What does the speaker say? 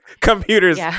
computers